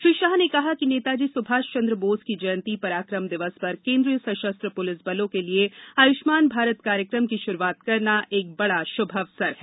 श्री शाह ने कहा कि नेताजी सुभाष चंद्र बोस की जयंती पराक्रम दिवस पर केंद्रीय सशस्त्र पुलिस बलों के लिए आयुष्मान भारत कार्यक्रम की शुरूआत करना एक बड़ा शुभ अवसर है